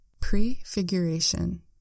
Prefiguration